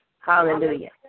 hallelujah